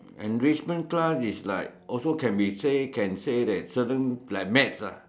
enrichment class is like also can be say can say that certain like maths ah